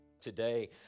Today